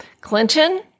Clinton